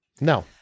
No